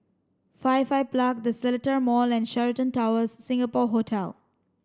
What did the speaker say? Firefly The Seletar Mall and Sheraton Towers Singapore Hotel